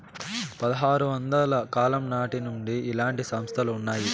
పదహారు వందల కాలం నాటి నుండి ఇలాంటి సంస్థలు ఉన్నాయి